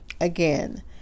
Again